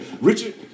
Richard